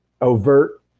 overt